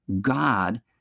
god